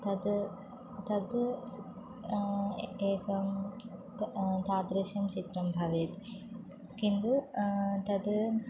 तद् तद् एकं ते तादृशं चित्रं भवेत् किन्तु तद्